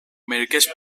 μερικές